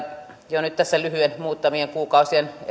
jo nyt tässä lyhyen muutamien kuukausien